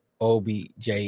OBJ